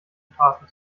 straßen